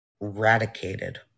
eradicated